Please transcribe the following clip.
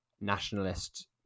nationalist